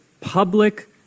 public